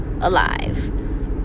alive